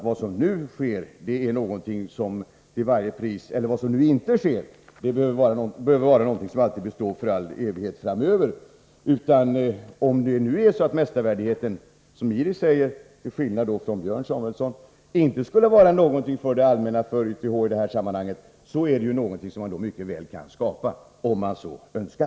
Vad som nu beslutas, Iris Mårtensson, behöver inte vara någonting som består för all evighet framöver. Om mästarvärdigheten, som Iris Mårtensson säger till skillnad från Björn Samuelson, inte skulle vara någonting för YTH-utbildningen, är den dock någonting som man kan skapa om man så önskar.